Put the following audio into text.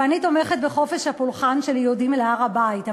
ואני תומכת בחופש הפולחן של יהודים בהר-הבית,